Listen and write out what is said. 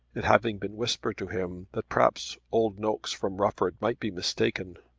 it having been whispered to him that perhaps old nokes from rufford might be mistaken.